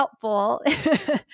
Helpful